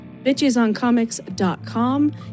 bitchesoncomics.com